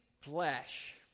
flesh